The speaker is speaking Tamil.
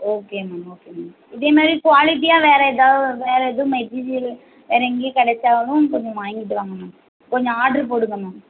ஓகே மேம் ஓகே மேம் இதேமாதிரி குவாலிட்டியாக வேறு ஏதாவது வேறு எதுவும் மெட்டீரியல் வேறு எங்கேயும் கிடச்சாலும் கொஞ்சம் வாங்கிட்டு வாங்க மேம் கொஞ்சம் ஆட்ரு போடுங்க மேம்